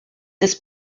this